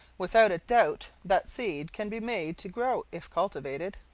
without a doubt that seed can be made to grow, if cultivated.